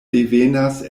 devenas